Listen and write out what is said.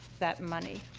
that money.